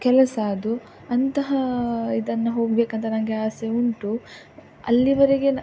ಕೆಲಸ ಅದು ಅಂತಹ ಇದನ್ನು ಹೋಗಬೇಕಂತ ನನಗೆ ಆಸೆ ಉಂಟು ಅಲ್ಲಿವರೆಗೆ ನ